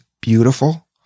beautiful